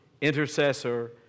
intercessor